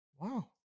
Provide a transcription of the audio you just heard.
wow